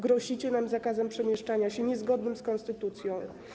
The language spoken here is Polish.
Grozicie nam zakazem przemieszczania się niezgodnym z konstytucją.